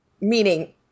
meaning –